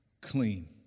clean